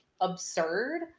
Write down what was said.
absurd